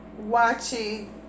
watching